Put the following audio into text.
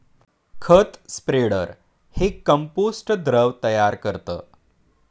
खत स्प्रेडर हे कंपोस्ट द्रव तयार करतं